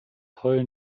heulen